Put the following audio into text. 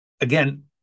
again